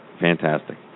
Fantastic